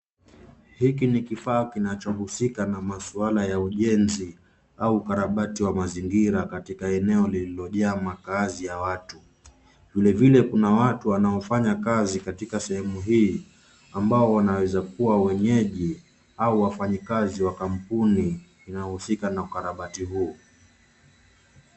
Hiki ni kifaa kinachohusika na masula ya ujenzi au ukarabati wa mazingira katika eneo lililojaa makaazi ya watu. Vilevile kuna watu wanaofanya kazi katika sehemu hii ambao wanaweza kuwa wenyeji au wafanyikazi wa kampuni inayohusika na ukarabati huo.